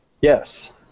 Yes